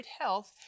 Health